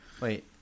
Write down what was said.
Wait